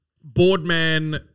Boardman